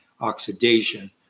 oxidation